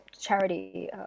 charity